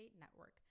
Network